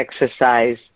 exercise